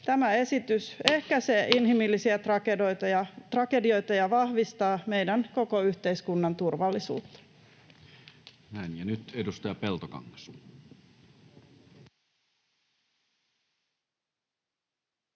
inhimillisiä tragedioita ja vahvistaa meidän koko yhteiskunnan turvallisuutta. Näin. — Ja nyt edustaja Peltokangas.